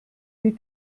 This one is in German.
die